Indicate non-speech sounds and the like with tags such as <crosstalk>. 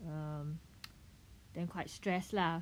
um <noise> then quite stress lah